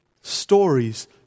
stories